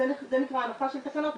זה נקרא הנחה של תקנות,